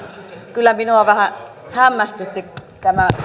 kyllä minua vähän hämmästytti tämä